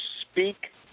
speak